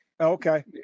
Okay